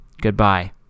Goodbye